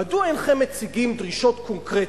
מדוע אינכם מציגים דרישות קונקרטיות,